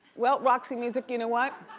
well, roxy music, you know what?